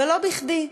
ולא בכדי.